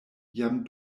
jam